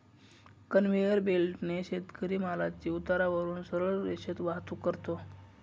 conveyor बेल्टने शेतकरी मालाची उतारावरून सरळ रेषेत वाहतूक करतो